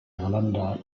irlanda